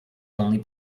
only